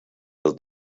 del